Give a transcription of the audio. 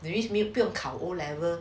that means 不用考 O level